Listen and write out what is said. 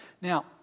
Now